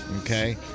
okay